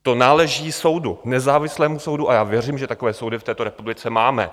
To náleží soudu, nezávislému soudu, a já věřím, že takové soudy v této republice máme.